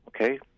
okay